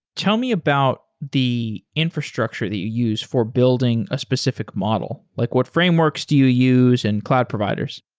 tell me about the infrastructure that you use for building a specific model. like what frameworks do you use and cloud providers?